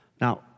Now